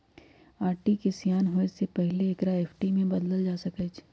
RD के सेयान होय से पहिले एकरा एफ.डी में न बदलल जा सकइ छै